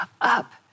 up